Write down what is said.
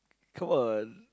come on